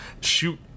shoot